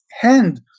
hand